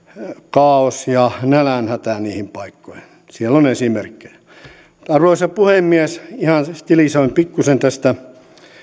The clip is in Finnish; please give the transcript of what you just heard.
kaaos ja nälänhätä niihin paikkoihin siellä on esimerkkejä arvoisa puhemies ihan stilisoin pikkuisen tästä